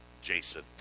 Jason